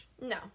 No